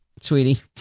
sweetie